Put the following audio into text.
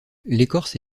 l’écorce